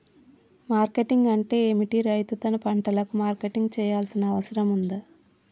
Marketing అంటే ఏమిటి? రైతు తన పంటలకు మార్కెటింగ్ చేయాల్సిన అవసరం ఉందా?